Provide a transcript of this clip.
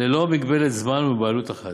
ללא מגבלת זמן ובבעלות אחת.